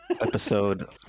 Episode